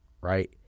right